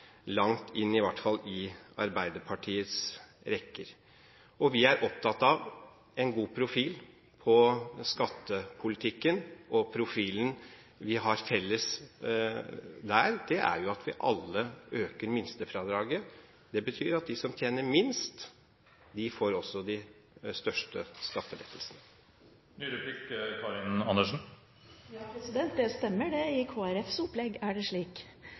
langt inn i i hvert fall Arbeiderpartiets rekker. Og vi er opptatt av en god profil på skattepolitikken, og profilen som vi har felles der, er at vi alle øker minstefradraget. Det betyr at de som tjener minst, også får de største skattelettelsene. Ja, det stemmer det – i Kristelig Folkepartis opplegg er det slik,